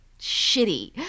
shitty